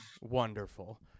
wonderful